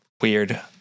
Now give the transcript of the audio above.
Weird